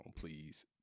Please